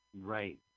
Right